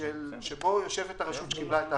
שבו יושבת הרשות שקיבלה את ההחלטה.